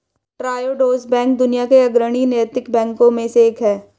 Triodos bank दुनिया के अग्रणी नैतिक बैंकों में से एक है